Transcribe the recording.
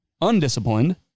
undisciplined